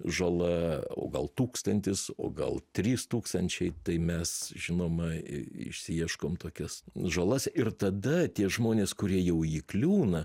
žala o gal tūkstantis o gal trys tūkstančiai tai mes žinoma išsiieškom tokias žalas ir tada tie žmonės kurie jau įkliūna